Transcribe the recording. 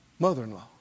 mother-in-law